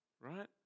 right